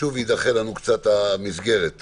קצת המסגרת כמובן.